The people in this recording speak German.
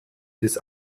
des